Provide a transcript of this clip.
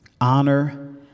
honor